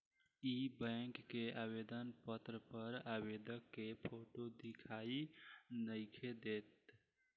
इ बैक के आवेदन पत्र पर आवेदक के फोटो दिखाई नइखे देत